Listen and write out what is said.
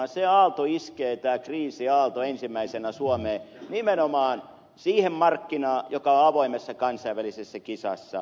se aalto iskee tämä kriisiaalto ensimmäisenä suomeen nimenomaan siihen markkinaan joka on avoimessa kansainvälisessä kisassa